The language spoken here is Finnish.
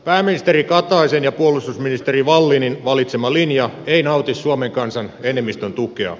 pääministeri kataisen ja puolustusministeri wallinin valitsema linja ei nauti suomen kansan enemmistön tukea